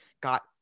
got